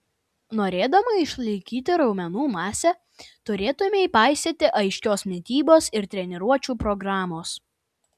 norėdama išlaikyti raumenų masę turėtumei paisyti aiškios mitybos ir treniruočių programos